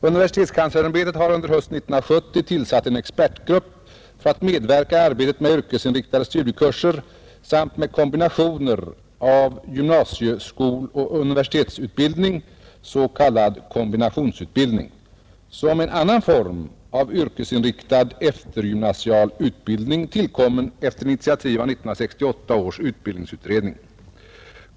Universitetskanslersämbetet har under hösten 1970 tillsatt en expertgrupp för att medverka i arbetet med yrkesinriktade studiekurser samt med kombinationer av gymnasieskoloch universitetsutbildning, s.k. kombinationsutbildning, som är en annan form av yrkesinriktad eftergymnasial utbildning tillkommen efter initiativ av 1968 års utbildningsutredning, U 68.